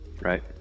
right